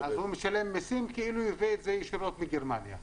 הוא משלם מיסים כאילו הוא הביא את זה ישירות מגרמניה?